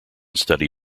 study